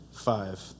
Five